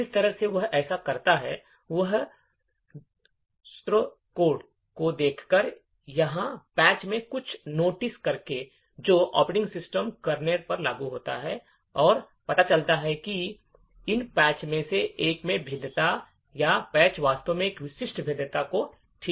जिस तरह से वह ऐसा करता है वह स्रोत कोड को देखकर या पैच में कुछ नोटिस करके जो ऑपरेटिंग सिस्टम कर्नेल पर लागू होता है और पता चलता है कि इन पैच में से एक में भेद्यता है या पैच वास्तव में एक विशिष्ट भेद्यता को ठीक करते हैं